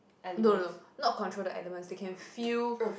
no no no not control the elements they can feel